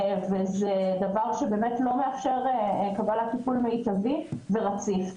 וזה דבר שלא מאפשר קבלת טיפול מיטבי ורציף.